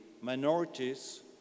minorities